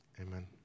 amen